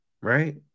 right